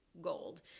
gold